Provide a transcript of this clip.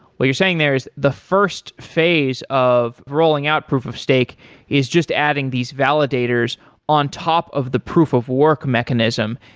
what you're saying there is the first phase of rolling out proof of steak is just adding these validators on top of the proof of work mechanism.